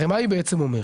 הרי מה היא בעצם אומרת?